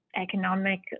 economic